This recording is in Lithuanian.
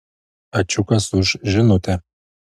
ačiukas už žinutę